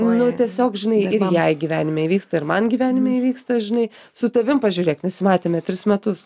nu tiesiog žinai ir jai gyvenime įvyksta irman gyvenime įvyksta žinai su tavim pažiūrėk nesimatėme tris metus